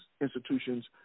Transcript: institutions